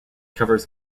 covers